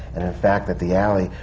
and in fact, at the alley,